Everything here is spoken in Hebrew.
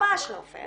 ממש לא פייר.